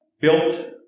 built